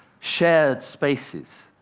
shared spaces,